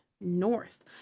north